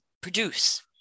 produce